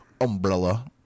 umbrella